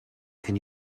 can